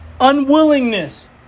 Unwillingness